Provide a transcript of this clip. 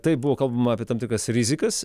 taip buvo kalbama apie tam tikras rizikas